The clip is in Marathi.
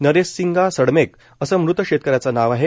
नरेशसिंगा सडमेक असं मृत शेतकऱ्याचे नाव आहे